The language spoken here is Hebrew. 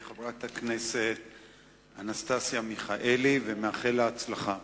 אני מודה לחברת הכנסת אנסטסיה מיכאלי ומאחל לה הצלחה.